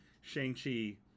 Shang-Chi